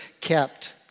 kept